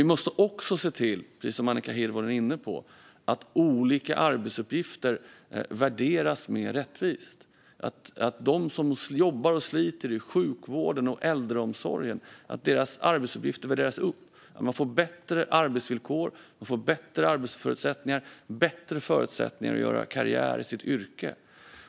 Vi måste också se till, precis som Annika Hirvonen är inne på, att olika arbetsuppgifter värderas mer rättvist, att arbetsuppgifterna för dem som jobbar och sliter i sjukvården och äldreomsorgen värderas upp så att man får bättre arbetsvillkor och bättre förutsättningar att göra karriär i sitt yrke.